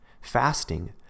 fasting